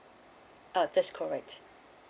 uh that's correct